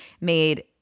Made